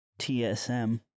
TSM